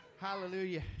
hallelujah